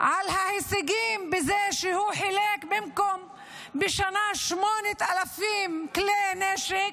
על ההישגים בזה שהוא חילק בשנה במקום 8,000 כלי נשק,